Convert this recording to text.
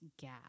gap